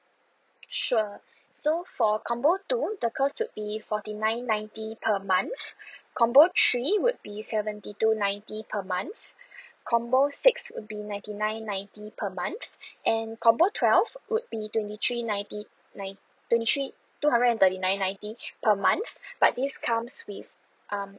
sure so for combo two the cost would be forty nine ninety per month combo three would be seventy two ninety per month combo six would be ninety nine ninety per month and combo twelve would be twenty three ninety nine twenty three two hundred and thirty nine ninety per month but this comes with um